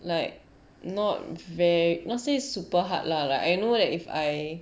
like not ver~ not say super hard lah like I know that if I